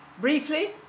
Briefly